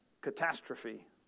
catastrophe